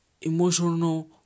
emotional